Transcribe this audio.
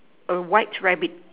a white rabbit